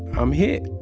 i'm hit.